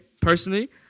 personally